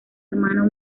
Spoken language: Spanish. hermano